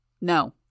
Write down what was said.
No